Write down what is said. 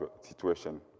situation